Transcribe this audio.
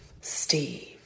Steve